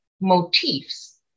motifs